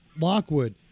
Lockwood